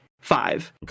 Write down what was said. five